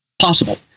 Possible